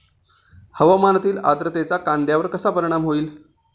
हवामानातील आर्द्रतेचा कांद्यावर कसा परिणाम होईल?